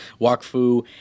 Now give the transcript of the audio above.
Wakfu